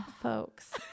folks